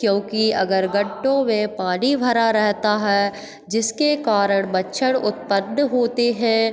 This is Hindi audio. क्योंकि अगर गड्ढों में पानी भरा रहता है जिसके कारण मच्छर उत्पन्न होते हैं